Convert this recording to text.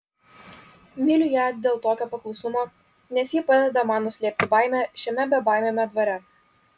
myliu ją dėl tokio paklusnumo nes ji padeda man nuslėpti baimę šiame bebaimiame dvare